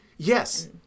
Yes